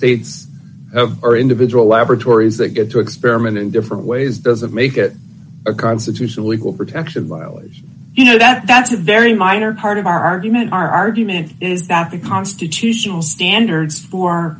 they are individual laboratories they get to experiment in different ways doesn't make it a constitutional equal protection while as you know that's a very minor part of our argument our argument is that the constitutional standards for